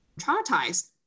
traumatized